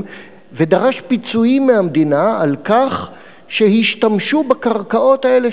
ודרש פיצויים מהמדינה על כך שהשתמשו בקרקעות האלו,